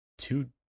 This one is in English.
Two